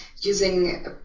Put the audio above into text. using